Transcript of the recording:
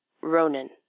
Ronan